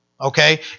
Okay